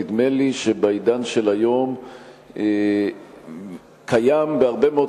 נדמה לי שבעידן של היום קיימת בהרבה מאוד